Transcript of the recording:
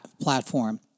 platform